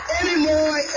anymore